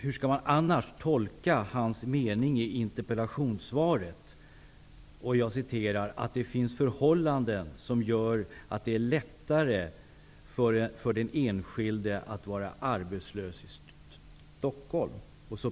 Hur skall man annars tolka hans mening i interpellationssvaret, ''att det finns förhållanden som gör att det är lättare för den enskilde att vara arbetslös i Stockholm''?